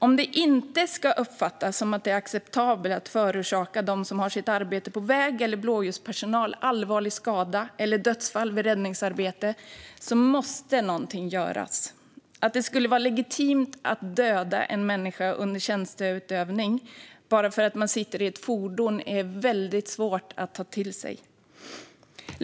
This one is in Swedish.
Om det inte ska uppfattas som att det är acceptabelt att allvarligt skada eller döda dem som har sitt arbete på väg eller blåljuspersonal vid räddningsarbete måste någonting göras. Att det skulle vara legitimt att döda en människa under tjänsteutövning bara för att man sitter i ett fordon är väldigt svårt att ta till sig.